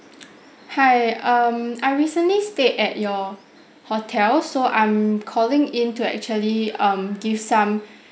hi um I recently stay at your hotel so I'm calling in to actually um give some